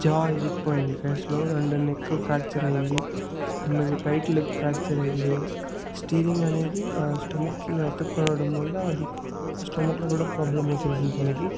జా ఇరిగిపోయింది ఫేస్ లో అండ్ నెక్ ఫ్రాక్చర్ అయింది అండ్ రైట్ లెగ్ ఫ్రాక్చర్ అయింది స్టీరింగ్ అనేది స్టమక్ కి అతుక్కొనడం వల్ల స్టమక్ లో కూడా ప్రాబ్లమ్ వచ్చేసింది తనకి